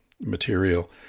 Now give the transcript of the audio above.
material